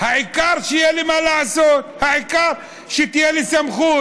העיקר שיהיה לי מה לעשות, העיקר שתהיה לי סמכות,